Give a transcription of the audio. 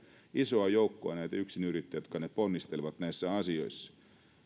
isoa joukkoa näitä yksinyrittäjiä jotka nyt ponnistelevat näissä asioissa